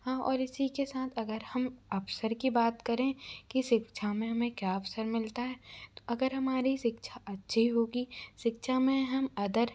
हाँ और इसी के साथ अगर हम अवसर की बात करें कि शिक्षा में हमें क्या अवसर मिलता है तो अगर हमारी शिक्षा अच्छी होगी शिक्षा में हम अदर